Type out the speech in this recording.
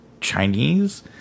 Chinese